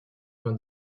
vingt